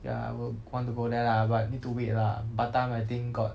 ya I would want to go there lah but need to wait lah batam I think got